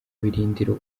birindiro